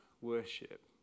worship